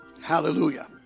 Hallelujah